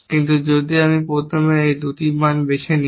কিন্তু যদি আমি প্রথমে এই দুটি মান বেছে নিই